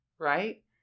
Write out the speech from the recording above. Right